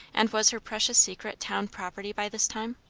and was her precious secret town property by this time?